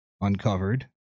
uncovered